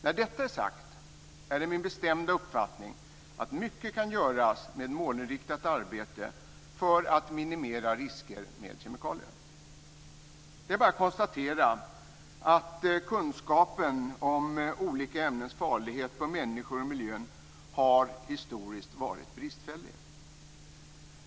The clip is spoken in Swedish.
När detta är sagt är det min bestämda uppfattning att mycket kan göras med målinriktat arbete för att minimera risker med kemikalier. Det är bara att konstatera att kunskapen om olika ämnens farlighet för människor och miljö historiskt har varit bristfällig.